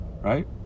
right